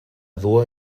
dur